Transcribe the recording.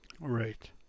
Right